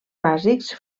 bàsics